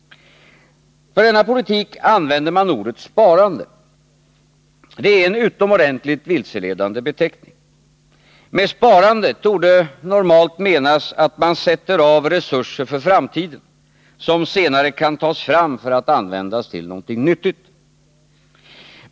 För denna politik använder man ordet sparande. Det är en utomordentligt vilseledande beteckning. Med sparande torde normalt menas att man sätter av resurser för framtiden, som senare kan tas fram för att användas till någonting nyttigt.